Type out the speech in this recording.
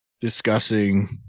discussing